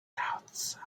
outside